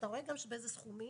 אתה רואה גם באיזה סכומים.